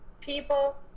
people